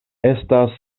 estas